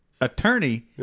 attorney